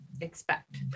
expect